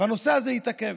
והנושא הזה התעכב.